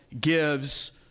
gives